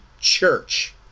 church